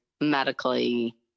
medically